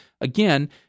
Again